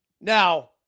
Now